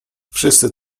wszyscy